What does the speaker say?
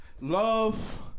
Love